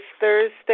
Thursday